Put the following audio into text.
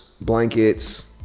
Blankets